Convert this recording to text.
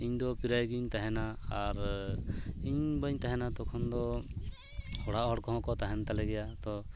ᱤᱧ ᱫᱚ ᱯᱨᱟᱭᱜᱤᱧ ᱛᱟᱦᱮᱱᱟ ᱟᱨ ᱤᱧ ᱵᱟᱹᱧ ᱛᱟᱦᱮᱱᱟ ᱛᱚᱠᱷᱚᱱ ᱫᱚ ᱚᱲᱟᱜ ᱦᱚᱲ ᱠᱚᱦᱚᱸ ᱠᱚ ᱛᱟᱦᱮᱱ ᱛᱟᱞᱮ ᱜᱮᱭᱟ ᱛᱚ